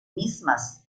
mismas